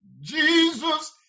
Jesus